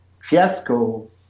fiasco